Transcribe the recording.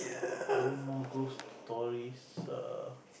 anymore goes to toys err